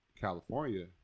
California